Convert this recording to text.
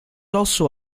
also